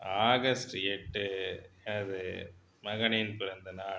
August எட்டு எனது மகனின் பிறந்தநாள்